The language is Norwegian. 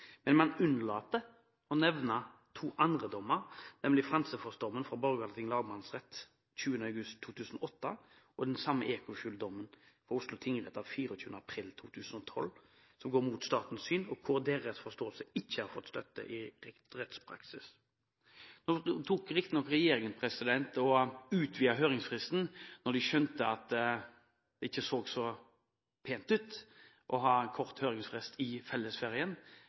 men man unnlater å nevne to andre dommer, nemlig Franzefoss-dommen fra Borgarting lagmannsrett 20. august 2008 og EcoFuel-dommen fra Oslo tingrett av 24. april 2012, som går mot statens syn, og hvor dens forståelse ikke har fått støtte i rettspraksis. Nå utvidet regjeringen riktignok høringsfristen da den skjønte at det ikke så så pent ut å ha en kort høringsfrist i fellesferien.